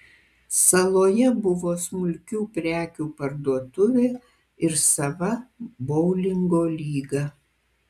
saloje buvo smulkių prekių parduotuvė ir sava boulingo lyga